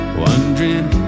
wondering